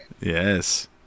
yes